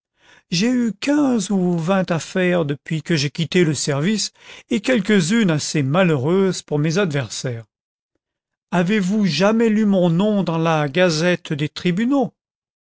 j'ai eu quinze ou vingt affaires depuis que j'ai quitté le service et quelques-unes assez malheureuses pour mes adversaires avez-vous jamais lu mon nom dans la gasette des tribunaux